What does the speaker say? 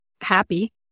happy